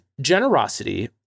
generosity